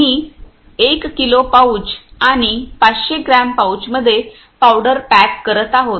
आम्ही 1 kilo pouch आणि 500 gram पाउचमध्ये पावडर पॅक करत आहोत